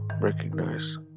recognize